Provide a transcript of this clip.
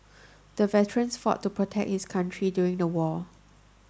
the veteran fought to protect his country during the war